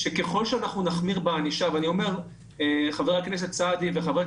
שככל שאנחנו נחמיר בענישה חבר הכנסת סעדי וחברי